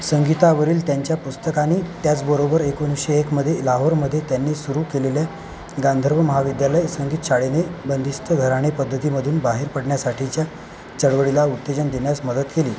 संगीतावरील त्यांच्या पुस्तकानी त्याचबरोबर एकोणीसशे एकमध्ये लाहोरमध्ये त्यांनी सुरू केलेले गांधर्व महाविद्यालय संगीत शाळेने बंदिस्त घराणे पद्धतीमधून बाहेर पडण्यासाठीच्या चळवळीला उत्तेजन देण्यास मदत केली